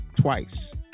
twice